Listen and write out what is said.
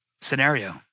scenario